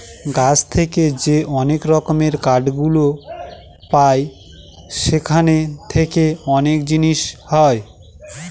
গাছ থেকে যে অনেক রকমের কাঠ গুলো পায় সেখান থেকে অনেক জিনিস হয়